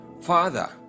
Father